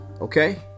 okay